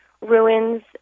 ruins